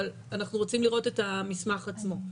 אבל אנחנו רוצים לראות את המסמך עצמו.